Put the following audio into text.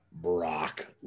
Brock